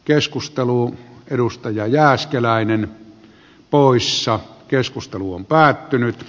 keskustelu edustaja jääskeläinen poissa keskustelu on päättynyt